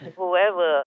Whoever